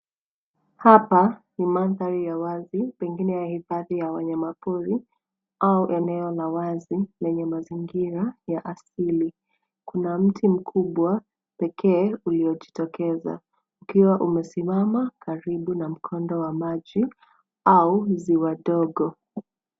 Hapa ni mandhari ya wazi pengine ya hifadhi ya wanyama pori au eneo la wazi lenye mazingira ya asili. Kuna mti mkubwa pekee uliojitokeza ukiwa umesimama karibu na mkondo wa maji au ziwa ndogo.